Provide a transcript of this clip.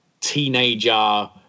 teenager